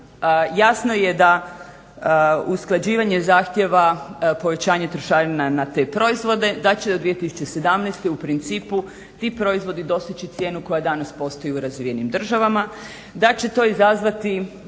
Jasno je da usklađivanje zahtjeva povećanja trošarina na te proizvode da će do 2017. u principu ti proizvodi postići cijenu koja danas postoji u razvijenim državama, da će to izazvati